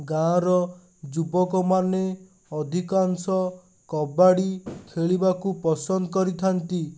ଗାଁ'ର ଯୁବକମାନେ ଅଧିକାଂଶ କବାଡ଼ି ଖେଳିବାକୁ ପସନ୍ଦ କରିଥାନ୍ତି